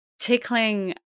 tickling